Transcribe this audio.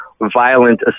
violent